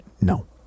No